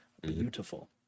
Beautiful